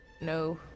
No